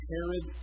Herod